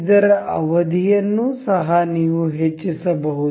ಇದರ ಅವಧಿಯನ್ನು ಸಹ ನೀವು ಹೆಚ್ಚಿಸಬಹುದು